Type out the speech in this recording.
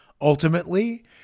ultimately